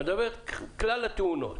אני מדבר על כלל התאונות.